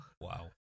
Wow